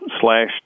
slash